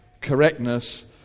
correctness